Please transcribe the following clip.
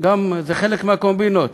זה חלק מהקומבינות